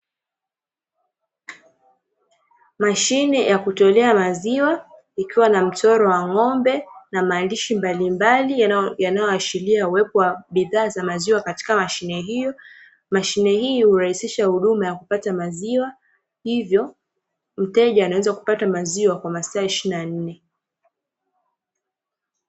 Mashine ya kutolea maziwa ikiwa na mchoro wa ng'ombe na maandishi mbalimbali yanayoashiria uwepo wa bidhaa za maziwa katika mashine hiyo. Mashine hii urahisiha huduma ya kupata maziwa hivyo mteja anaweza kupata maziwa kwa masaa "ishirini na nne".